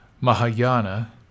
Mahayana